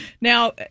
now